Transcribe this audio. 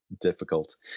difficult